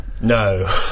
No